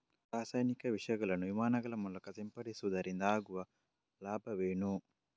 ರಾಸಾಯನಿಕ ವಿಷಗಳನ್ನು ವಿಮಾನಗಳ ಮೂಲಕ ಸಿಂಪಡಿಸುವುದರಿಂದ ಆಗುವ ಲಾಭವೇನು?